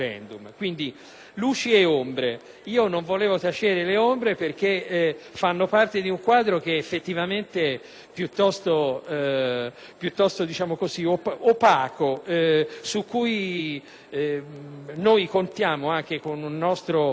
luci ed ombre ed io non volevo tacere le ombre perché fanno parte di un quadro effettivamente piuttosto opaco su cui contiamo, attraverso uno sforzo